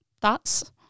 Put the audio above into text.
thoughts